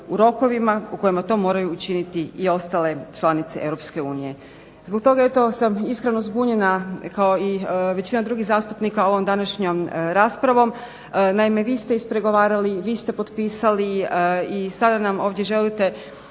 u rokovima u kojima to moraju učiniti i ostale članice EU. Zbog toga eto sam iskreno zbunjena kao i većina drugih zastupnika ovom današnjom raspravom. Naime, vi ste ispregovarali, vi ste potpisali i sada nam ovdje želite